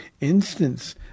instance